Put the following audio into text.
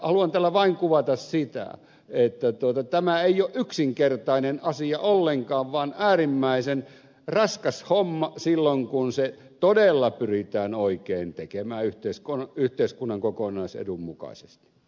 haluan tällä vain kuvata sitä että tämä ei ole yksinkertainen asia ollenkaan vaan äärimmäisen raskas homma silloin kun se todella pyritään oikein tekemään yhteiskunnan kokonaisedun mukaisesti